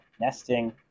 nesting